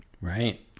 right